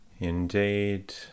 Indeed